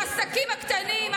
העסקים הקטנים,